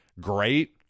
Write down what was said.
great